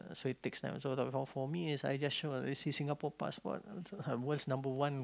so it takes time so for for me is I just show a Si~ Singapore passport world's number one